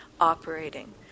operating